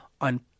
on